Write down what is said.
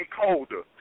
colder